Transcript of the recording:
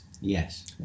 yes